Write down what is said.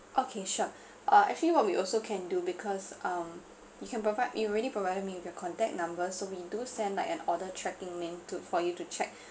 okay sure uh actually what we also can do because um you can provide you already provided me with your contact number so we do send like an order tracking meant for you to check